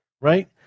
right